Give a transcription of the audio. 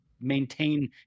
maintain